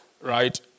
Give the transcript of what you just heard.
Right